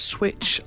Switch